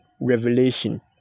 revelation